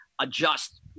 adjust